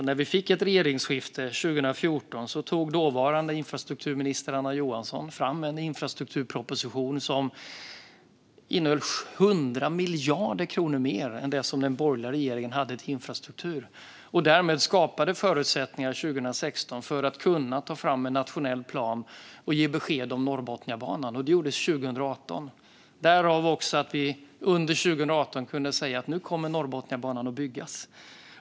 När vi fick ett regeringsskifte 2014 tog dåvarande infrastrukturminister Anna Johansson fram en infrastrukturproposition som innehöll 100 miljarder kronor mer än vad den borgerliga regeringen hade till infrastruktur. Därmed skapades förutsättningar 2016 för att kunna ta fram en nationell plan och ge besked om Norrbotniabanan. Det gjordes 2018. Därav följde att vi under 2018 kunde säga: Nu kommer Norrbotniabanan att byggas.